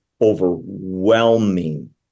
overwhelming